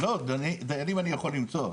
לא, דיינים אני יכול למצוא.